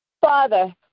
Father